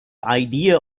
idea